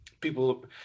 people